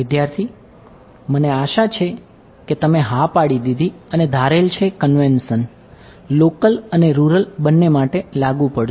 વિદ્યાર્થી મને આશા છે કે તમે હા પાડી દીધી અને ધારેલ છે કન્વેન્શન અને રૂરલ બંને માટે લાગુ પડશે